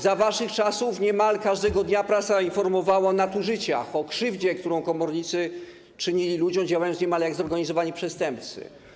Za waszych czasów niemal każdego dnia prasa informowała o nadużyciach, o krzywdzie, którą komornicy czynili ludziom, działając niemal jak zorganizowani przestępcy.